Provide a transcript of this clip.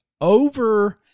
over